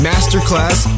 Masterclass